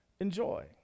enjoy